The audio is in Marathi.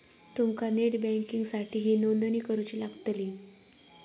तुमका नेट बँकिंगसाठीही नोंदणी करुची लागतली